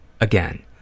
again